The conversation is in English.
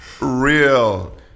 real